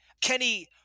Kenny